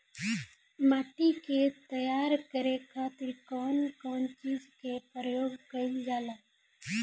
माटी के तैयार करे खातिर कउन कउन चीज के प्रयोग कइल जाला?